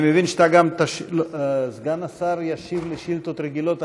אני מבין שסגן השר ישיב גם על שאילתות רגילות,